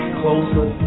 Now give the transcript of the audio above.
Closer